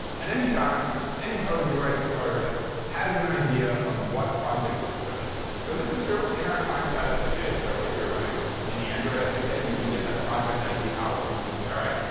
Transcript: and anytime any code you're writing with firebase has an idea of what project it's associated with. so this is true in our client-side sdks. so if you're running in the android sdk, you can get that project idea out and you can say, all right,